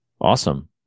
Awesome